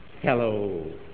Hello